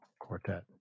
quartet